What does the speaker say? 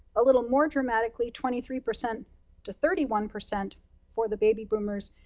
a little more dramatically, twenty three percent to thirty one percent for the baby boomers.